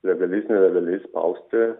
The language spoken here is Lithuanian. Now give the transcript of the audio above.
legaliais nelegaliais spausti